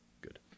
good